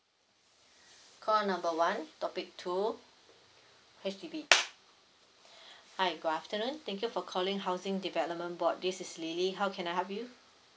call number one topic two H_D_B hi good afternoon thank you for calling housing development board this is lily how can I help you